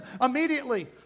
immediately